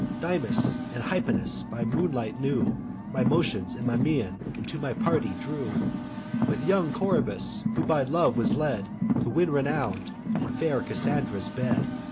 dymas and hypanis by moonlight knew my motions and my mien, and to my party drew with young coroebus, who by love was led to win renown and fair cassandra's bed,